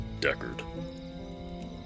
Deckard